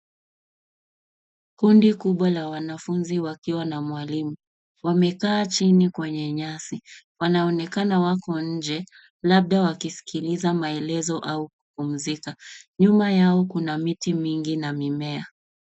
Kundi kubwa la wanafunzi wakiwa na mwalimu. Wamekaa chini kwenye nyasi. Wanaonekana wako nje labda wakiskiliza maelezo au kupumzika. Nyuma yao kuna miti mingi na mimea.